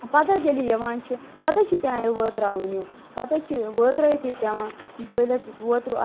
پتہٕ حظ ییٚلہِ یہِ یِوان چھُ پتہٕ حظ چھُ پیٚوان یہِ ترٛاوٕنۍ یہِ پتہٕ حظ چھِ وٲترٲیِتھ یہِ پیٚوان اتھ